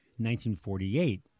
1948